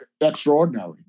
extraordinary